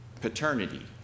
paternity